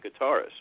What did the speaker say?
guitarist